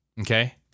Okay